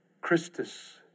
Christus